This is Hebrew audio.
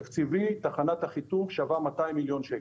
תקציבית, תחנת אחיטוב שווה 200 מיליון שקל.